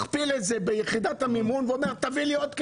מכפיל את זה ביחידת המימון ואומר לך להביא לו עוד כסף.